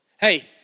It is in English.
Hey